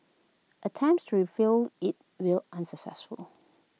attempts to review IT will unsuccessfully